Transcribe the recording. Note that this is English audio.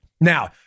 Now